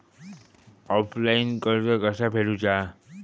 Offline कर्ज कसा फेडूचा?